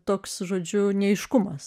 toks žodžiu neaiškumas